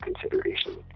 consideration